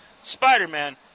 Spider-Man